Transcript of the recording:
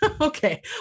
okay